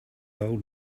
old